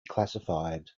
classified